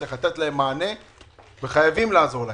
צריך לתת להם מענה וחייבים לעזור להם.